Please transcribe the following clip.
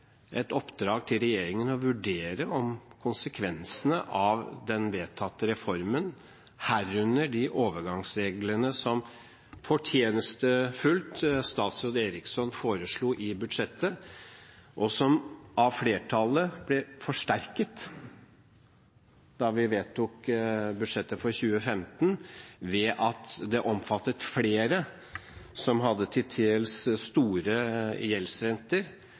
et oppdrag til regjeringen: å vurdere konsekvensene av den vedtatte reformen, herunder de overgangsreglene som statsråd Eriksson fortjenstfullt foreslo i budsjettet, og som av flertallet ble forsterket da vi vedtok budsjettet for 2015, ved at det omfattet flere som hadde til dels store gjeldsrenter